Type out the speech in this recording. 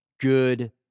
good